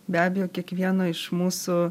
be abejo kiekvieno iš mūsų